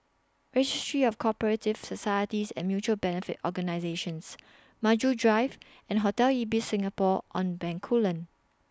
Registry of Co Operative Societies and Mutual Benefit Organisations Maju Drive and Hotel Ibis Singapore on Bencoolen